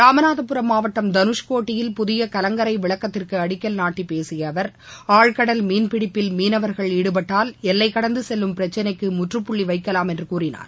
இராமநாதபுரம் மாவட்டம் தனுஷ்கோடியில் புதியகலங்கரைவிளக்கத்திற்குஅடிக்கல் நாட்டிபேசியஅவர் ஆழ்கடல் மீன்பிடிப்பில் மீனவர்கள் ஈடுபட்டால் எல்லைகடந்துசெல்லும் பிரச்சினைக்குமுற்றுப்புள்ளிவைக்கலாம் என்றுகூறினார்